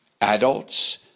adults